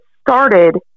started